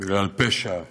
בגלל פשע לאומי,